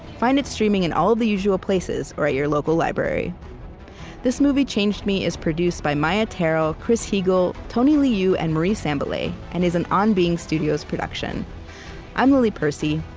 find it streaming in all the usual places or at your local library this movie changed me is produced by maia tarrell, chris heagle, tony liu, and marie sambilay, and is an on being studios production i'm lily percy,